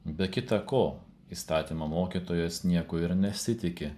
be kita ko įstatymo mokytojas nieko ir nesitiki